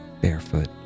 barefoot